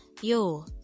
yo